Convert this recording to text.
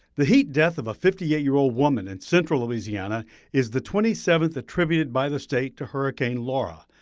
the heat death of a fifty eight year old woman in central louisiana is the twenty seventh attributed by the state to hurricane laura.